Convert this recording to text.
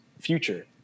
future